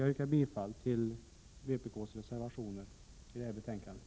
Jag yrkar bifall till vpk:s reservationer vid detta betänkande.